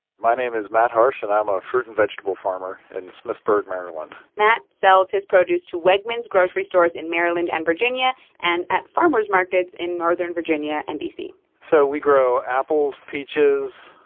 my name is matt harsh, and i'm a fruit and vegetable farmer in smithsburg, md matt sells his produce to wegmans grocery stores in maryland and virginia and at farmers markets in northern virginia and d c so we grow apples, peaches,